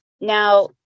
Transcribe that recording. Now